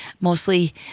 mostly